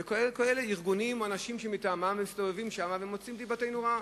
גם ארגונים או אנשים מטעמם מסתובבים שם ומוציאים דיבתנו רעה.